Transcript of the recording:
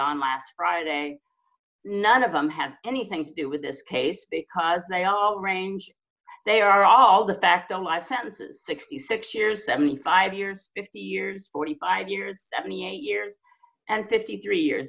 on last friday none of them have anything to do with this case because they all range they are all the back to life sentences sixty six years that mean five years fifty years forty five years me eight years and fifty three years